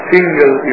single